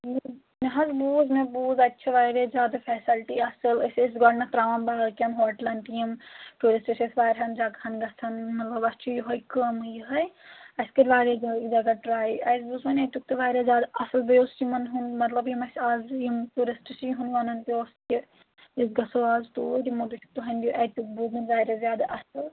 نہ حظ بوٗز مےٚ بوٗز اَتہِ چھِ واریاہ زیادٕ فیسَلٹی اَصٕل أسۍ ٲسۍ گۄڈنٮ۪تھ ترٛاوان باقیَن ہوٹلَن تہِ یِم ٹیوٗرِسٹ چھِ اَسہِ واریاہَن جگہَن گژھان مطلب اَسہِ چھُ یِہوے کٲمٕے یِہٕے اَسہِ کٔرۍ واریاہ زیاد ٹرٛاے اَسہِ بوٗز وۄنۍ اَتیُک تہِ واریاہ زیادٕ اَصٕل بیٚیہِ اوس یِمَن ہُنٛد مطلب یِم اَسہِ آز یِم ٹیوٗرِسٹ چھِ یِہُنٛد وَنَن تہِ اوس کہِ أسۍ گژھو آز تور یِمو تہِ چھُکھ تُہٕنٛدِ اَتیُک بوٗزمُت واریاہ زیادٕ اَصٕل